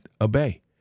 obey